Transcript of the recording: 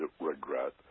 regret